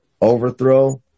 Overthrow